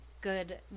good